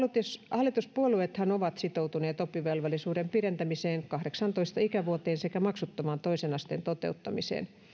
hallituspuolueethan ovat sitoutuneet oppivelvollisuuden pidentämiseen kahdeksaantoista ikävuoteen sekä maksuttomaan toisen asteen toteuttamiseen